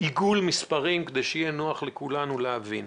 בעיגול מספרים כדי שיהיה נוח לכולנו להבין.